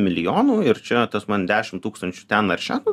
milijonų ir čia tas man dešim tūkstančių ten ar šen